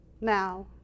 now